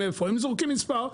הם זורקים מספר.